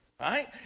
right